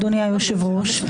אדוני היושב-ראש,